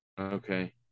Okay